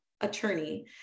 attorney